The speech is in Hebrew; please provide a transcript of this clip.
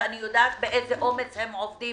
ואני יודעת באיזה אומץ הם עובדים